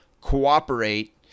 cooperate